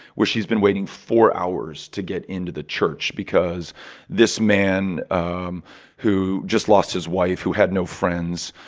where she's been waiting four hours to get into the church because this man um who just lost his wife, who had no friends,